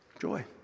Joy